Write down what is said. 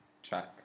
track